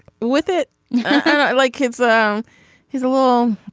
with it like kids. um he's little.